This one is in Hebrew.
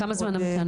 כמה זמן המתנה?